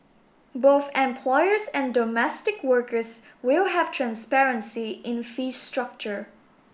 both employers and domestic workers will have transparency in fee structure